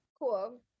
cool